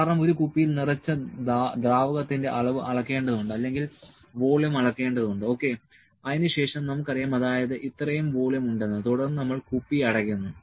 കാരണം ഒരു കുപ്പിയിൽ നിറച്ച ദ്രാവകത്തിന്റെ അളവ് അളക്കേണ്ടതുണ്ട് അല്ലെങ്കിൽ വോളിയം അളക്കേണ്ടതുണ്ട് ഓക്കേ അതിനുശേഷം നമുക്കറിയാം അതായത് ഇത്രയും വോളിയം ഉണ്ടെന്ന് തുടർന്ന് നമ്മൾ കുപ്പി അടയ്ക്കുന്നു